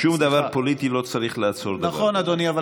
ושום דבר פוליטי לא צריך לעצור דבר כזה.